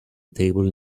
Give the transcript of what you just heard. table